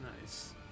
Nice